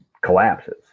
collapses